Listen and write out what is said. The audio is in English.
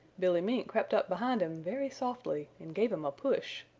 billy mink crept up behind him very softly and gave him a push.